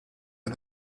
for